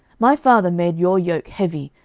my father made your yoke heavy,